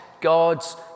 God's